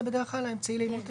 כן.